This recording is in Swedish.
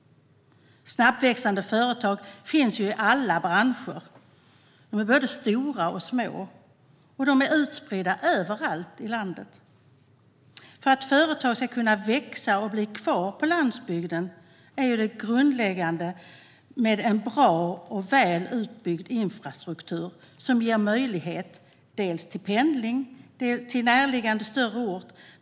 Snabbväxande företag finns i alla branscher; de är både stora och små, och de är utspridda över hela landet. För att företag ska kunna växa och bli kvar på landsbygden är det grundläggande med en bra och väl utbyggd infrastruktur som ger möjlighet till pendling till närliggande större ort.